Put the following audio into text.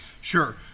Sure